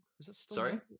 Sorry